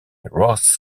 ross